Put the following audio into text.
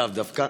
לאו דווקא,